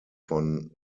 von